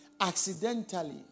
Accidentally